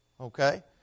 Okay